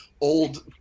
old